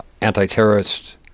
anti-terrorist